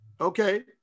okay